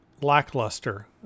lackluster